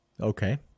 Okay